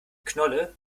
knolle